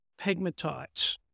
pegmatites